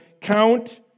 Count